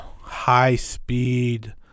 high-speed